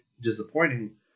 disappointing